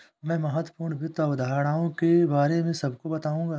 मैं महत्वपूर्ण वित्त अवधारणाओं के बारे में सबको बताऊंगा